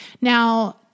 Now